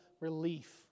relief